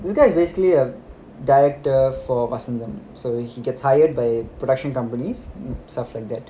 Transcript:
this guy is basically a director for Vasantham so he gets hired by production companies stuff like that